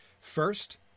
First